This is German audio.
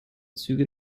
züge